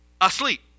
asleep